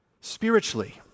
spiritually